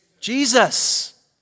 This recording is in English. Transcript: Jesus